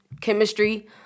chemistry